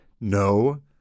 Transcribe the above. No